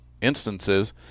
instances